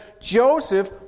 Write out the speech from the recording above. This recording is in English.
Joseph